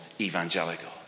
evangelical